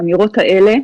האמירות האלה